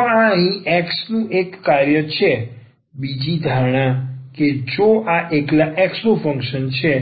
જો આ અહીં x નું એક કાર્ય છે બીજી ધારણા કે જો આ એકલા x નું ફંક્શન છે